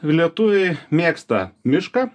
lietuviai mėgsta mišką